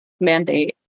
mandate